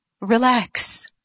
relax